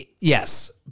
yes